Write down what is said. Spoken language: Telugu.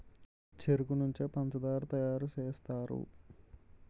చెరుకు నుంచే పంచదార తయారు సేస్తారు